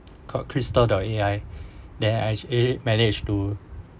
called crystal dot A_I then I eh managed to